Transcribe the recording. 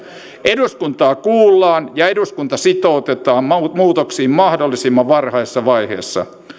eduskuntaa kuullaan ja eduskunta sitoutetaan muutoksiin mahdollisimman varhaisessa vaiheessa